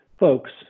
Folks